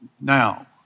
Now